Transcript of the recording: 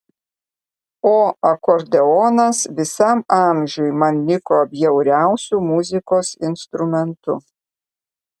o akordeonas visam amžiui man liko bjauriausiu muzikos instrumentu